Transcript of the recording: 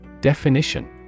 Definition